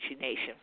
Nation